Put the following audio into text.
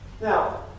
Now